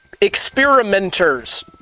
experimenters